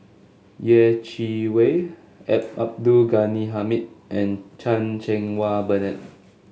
Yeh Chi Wei A Abdul Ghani Hamid and Chan Cheng Wah Bernard